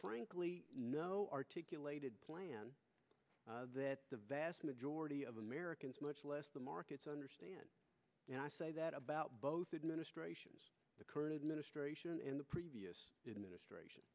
frankly no articulated plan that the vast majority of americans much less the markets understand and i say that about both administrations the current administration and the previous administr